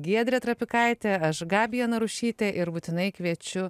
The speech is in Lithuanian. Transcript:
giedrė trapikaitė aš gabija narušytė ir būtinai kviečiu